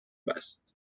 بست